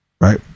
Right